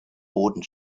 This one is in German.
boden